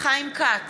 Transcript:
חיים כץ,